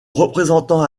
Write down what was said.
représentant